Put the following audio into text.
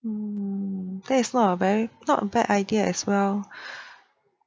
mm that is not a very not a bad idea as well